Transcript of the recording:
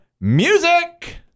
music